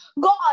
God